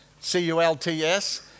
C-U-L-T-S